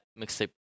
mixtape